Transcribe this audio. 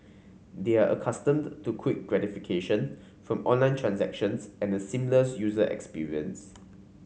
they are accustomed to quick gratification from online transactions and a seamless user experience